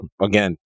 again